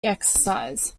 exercise